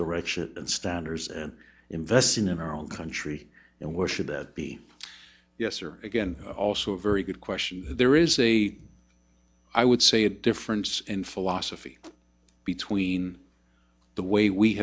direction and standards and investing in our own country and where should that be yes or again also a very good question there is a i would say a difference in philosophy between the way we